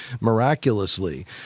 miraculously